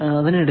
അതിനിടയിൽ